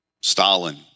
Stalin